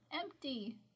empty